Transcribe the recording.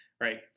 right